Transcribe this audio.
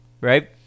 Right